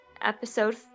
episode